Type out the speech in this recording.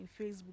facebook